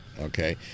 Okay